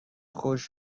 خشک